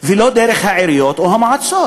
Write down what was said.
ולא דרך העיריות או המועצות,